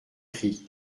cri